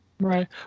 right